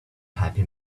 happy